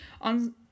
on